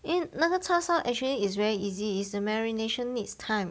因为那个叉烧 actually is very easy it's the marination needs time